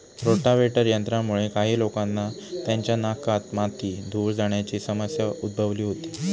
rotavator यंत्रामुळे काही लोकांना त्यांच्या नाकात माती, धूळ जाण्याची समस्या उद्भवली होती